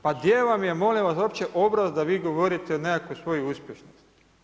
Pa gdje vam je molim vas uopće obraz da vi govorite o nekakvoj svojoj uspješnosti?